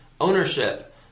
ownership